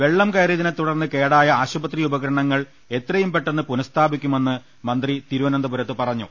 വെള്ളംകയറിയതിനെ തുടർന്ന് കേടായ ആശുപത്രി ഉപകരണങ്ങൾ എത്രയും പെട്ടന്ന് പുനസ്ഥാപിക്കുമെന്ന് മന്ത്രി തിരുവനന്തപുരത്ത് പറഞ്ഞു